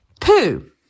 poo